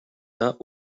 not